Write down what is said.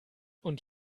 und